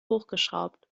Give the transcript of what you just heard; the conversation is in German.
hochgeschraubt